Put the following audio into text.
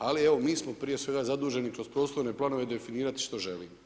Ali evo mi smo prije svega zaduženi kroz prostorne planove definirati što želimo.